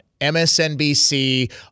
MSNBC